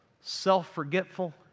self-forgetful